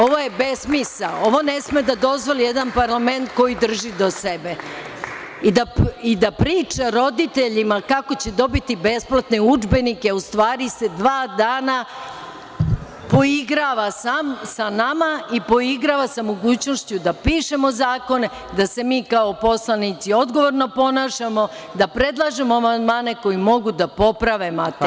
Ovo je besmisao, ovo ne sme da dozvoli jedan parlament koji drži do sebe i da priča roditeljima kako će dobiti besplatne udžbenike, a u stvari se dva dana poigrava sa nama i poigrava sa mogućnošću da pišemo zakone, da se mi kao poslanici odgovorno ponašamo, da predlažemo amandmane koji mogu da poprave materiju.